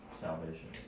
salvation